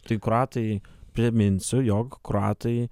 tai kroatai priminsiu jog kroatai